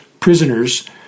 Prisoners